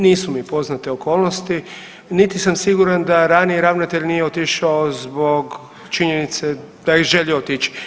Nisu mi poznate okolnosti niti sam siguran da raniji ravnatelj nije otišao zbog činjenica je želio otići.